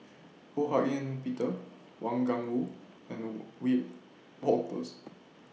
Ho Hak Ean Peter Wang Gungwu and Wiebe Wolters